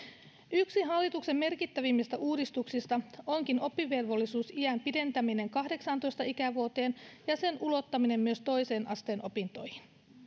yksi hallituksen merkittävimmistä uudistuksista onkin oppivelvollisuusiän pidentäminen kahdeksaantoista ikävuoteen ja sen ulottaminen myös toisen asteen opintoihin